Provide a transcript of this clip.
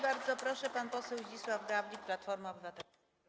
Bardzo proszę, pan poseł Zdzisław Gawlik, Platforma Obywatelska.